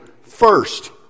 first